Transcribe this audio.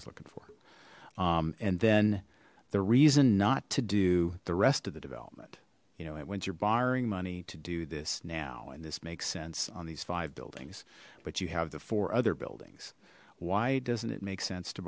was looking for and then the reason not to do the rest of the development you know once you're borrowing money to do this now and this makes sense on these five buildings but you have the four other buildings why doesn't it make sense to